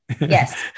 Yes